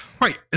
right